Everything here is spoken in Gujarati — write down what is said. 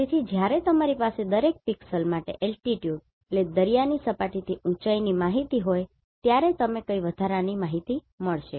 તેથી જ્યારે તમારી પાસે દરેક પિક્સેલ માટે Altitude દરિયાની સપાટીથી ઊંચાઈ માહિતી હોય ત્યારે તમને કઈ વધારાની માહિતી મળશે